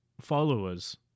followers